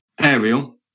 Aerial